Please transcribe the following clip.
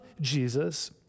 Jesus